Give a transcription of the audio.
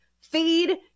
feed